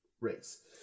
race